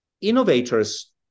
Innovators